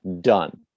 done